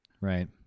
Right